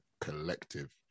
collective